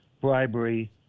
bribery